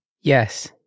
Yes